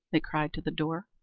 they cried to the door.